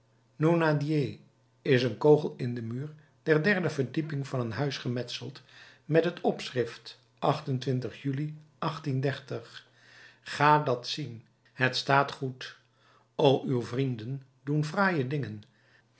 is een kogel in den muur der derde verdieping van een huis gemetseld met dit opschrift juli ga dat zien het staat goed o uw vrienden doen fraaie dingen